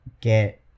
get